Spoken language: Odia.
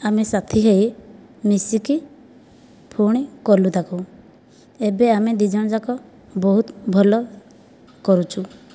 ଆମେ ସାଥି ହୋଇ ମିଶିକି ପୁଣି କଲୁ ତାକୁ ଏବେ ଆମେ ଦୁଇଜଣ ଯାକ ବହୁତ ଭଲ କରୁଛୁ